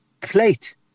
plate